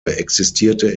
existierte